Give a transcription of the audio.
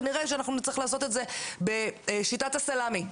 כנראה שאנחנו נצטרך לעשות את זה בשיטת הסלמי.